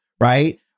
right